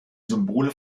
symbole